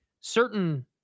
certain